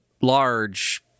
large